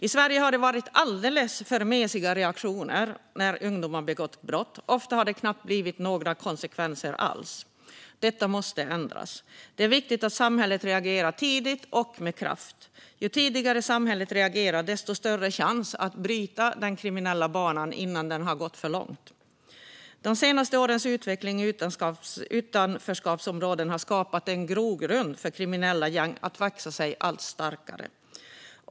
I Sverige har det varit alldeles för mesiga reaktioner när ungdomar begått brott. Ofta har det knappt blivit några konsekvenser alls. Detta måste ändras. Det är viktigt att samhället reagerar tidigt och med kraft. Ju tidigare samhället reagerar, desto större chans har vi att bryta den kriminella banan innan den har gått för långt. De senaste årens utveckling i utanförskapsområdena har skapat en grogrund för kriminella gäng att växa sig allt starkare.